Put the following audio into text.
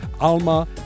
Alma